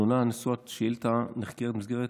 התלונה נשוא השאילתה נחקרת במסגרת,